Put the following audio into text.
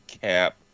Cap